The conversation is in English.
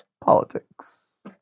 politics